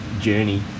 journey